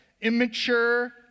Immature